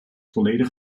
volledig